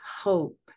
hope